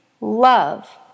love